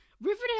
Riverdale